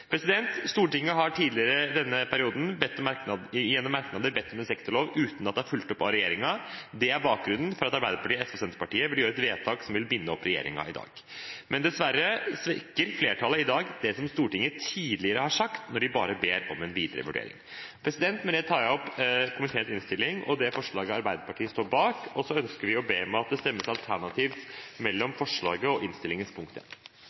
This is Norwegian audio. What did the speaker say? Stortinget har tidligere i denne perioden gjennom merknader bedt om en sektorlov uten at det er fulgt opp av regjeringen. Det er bakgrunnen for at Arbeiderpartiet, SV og Senterpartiet i dag vil gjøre et vedtak som vil binde opp regjeringen. Men dessverre svekker flertallet det som Stortinget tidligere har sagt når de bare ber om en videre vurdering. Med det tar jeg opp det forslaget Arbeiderpartiet, Senterpartiet og SV står bak, og så ønsker vi å be om at det stemmes alternativt mellom forslaget og innstillingens I. Representanten Åsmund Aukrust har tatt opp det forslaget han refererte til. Jeg